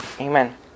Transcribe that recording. Amen